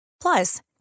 Plus